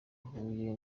ahuye